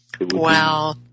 Wow